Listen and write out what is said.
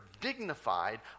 dignified